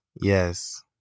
Yes